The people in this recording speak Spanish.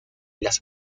las